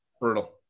Brutal